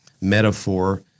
metaphor